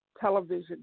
television